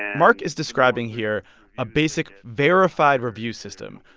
and mark is describing here a basic verified review system,